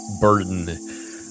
burden